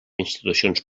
institucions